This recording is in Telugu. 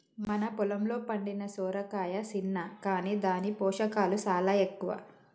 మన పొలంలో పండిన సొరకాయ సిన్న కాని దాని పోషకాలు సాలా ఎక్కువ